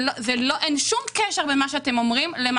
אין שום קשר בין מה שאתם אומרים לבין